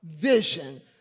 vision